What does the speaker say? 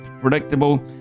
predictable